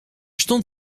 stond